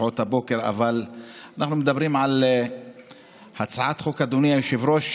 קורונה ביום רביעי.